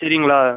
சரிங்களா